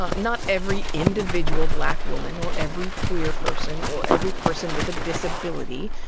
not not every individual black woman, or every queer person, or every person with a disability,